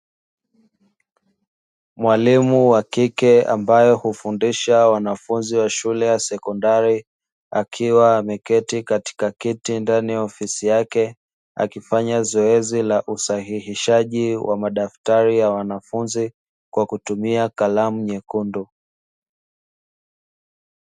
Mwalimu wa kike ambaye hufundisha wanafunzi wa shule ya sekondari, akiwa ameketi katika kiti ndani ya ofisi yake akifanya zoezi la usahihishaji wa madaftari ya wanafunzi kwa kutumia kalamu nyekundu.